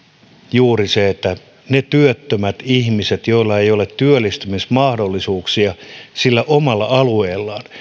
juuri ne työttömät ihmiset joilla ei ole työllistymismahdollisuuksia omalla alueellaan